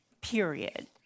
period